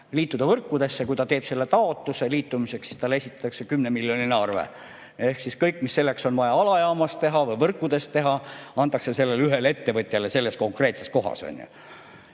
liituda võrkudesse, aga kui ta teeb liitumiseks taotluse, siis talle esitatakse 10-miljoniline arve. Ehk siis kõik, mis selleks on vaja alajaamas teha või võrkudes teha, antakse sellele ühele ettevõtjale selles konkreetses kohas.